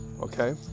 okay